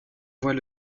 voit